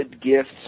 gifts